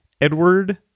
Edward